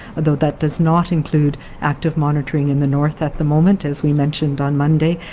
although that does not include active monitoring in the north at the moment. as we mentioned on monday,